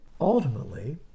Ultimately